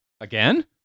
Again